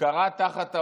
כרע תחת העומס,